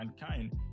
mankind